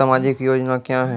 समाजिक योजना क्या हैं?